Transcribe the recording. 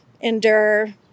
endure